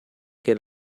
che